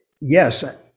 yes